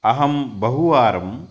अहं बहुवारं